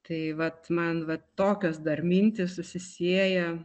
tai vat man vat tokios dar mintys susisieja